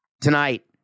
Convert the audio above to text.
Tonight